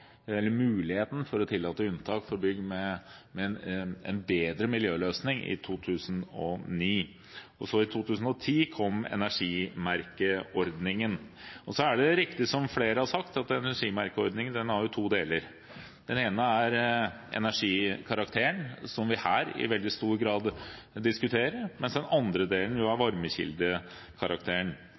2009. Og så i 2010 kom energimerkeordningen. Det er riktig som flere har sagt, at energimerkeordningen har to deler. Den ene er energikarakteren, som vi her i veldig stor grad diskuterer, mens den andre delen er varmekildekarakteren, som jo